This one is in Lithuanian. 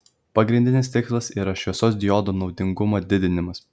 pagrindinis tikslas yra šviesos diodo naudingumo didinimas